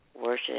worship